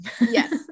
yes